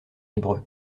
hébreu